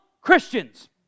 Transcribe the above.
Christians